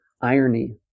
Irony